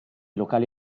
locali